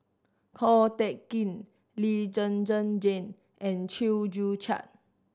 Ko Teck Kin Lee Zhen Zhen Jane and Chew Joo Chiat